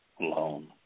alone